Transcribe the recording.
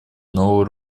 нового